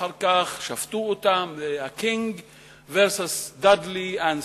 ואחר כך שפטו אותם, King versus Bagley and Stevenson,